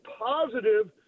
positive